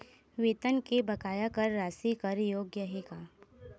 वेतन के बकाया कर राशि कर योग्य हे का?